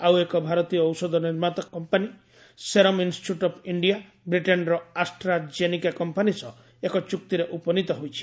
ଆଉ ଏକ ଭାରତୀୟ ଔଷଧ ନିର୍ମାତା company Serum Institute of India ବ୍ରିଟେନ୍ର ଆଷ୍ଟ୍ରା ଜେନିକା କମ୍ପାନୀ ସହ ଏକ ଚୁକ୍ତିରେ ଉପନିତ ହୋଇଛି